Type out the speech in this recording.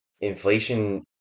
inflation